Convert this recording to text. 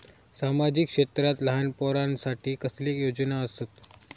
सामाजिक क्षेत्रांत लहान पोरानसाठी कसले योजना आसत?